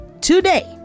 Today